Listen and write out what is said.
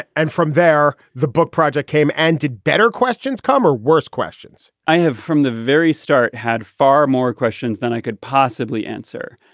and from there the book project came and did better questions come or worse questions i have from the very start had far more questions than i could possibly answer.